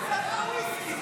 הוויסקי?